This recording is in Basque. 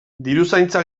diruzaintza